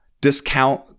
discount